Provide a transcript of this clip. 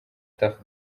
tuff